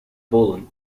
poland